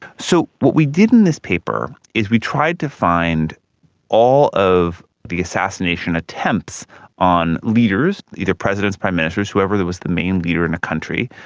so what we did in this paper is we tried to find all of the assassination attempts on leaders, either presidents, prime ministers, whoever was the main leader in a country,